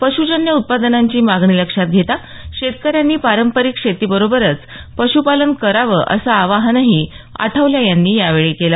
पश्जन्य उत्पादनांची मागणी लक्षात घेता शेतकऱ्यांनी पारंपरिक शेतीबरोबरच पशुपालन करावं असं आवाहनही आठवले यांनी यावेळी केलं